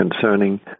concerning